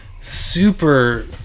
super